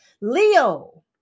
Leo